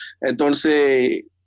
Entonces